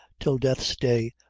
till death's day,